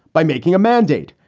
by making a mandate,